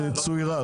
צוירה.